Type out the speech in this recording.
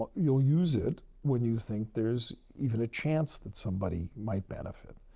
you'll use it when you think there's even a chance that somebody might benefit.